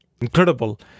incredible